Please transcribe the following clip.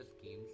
schemes